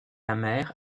mer